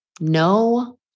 No